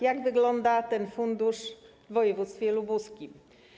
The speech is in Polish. Jak wygląda ten fundusz w województwie lubuskim?